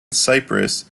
cyprus